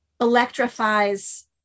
electrifies